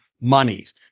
monies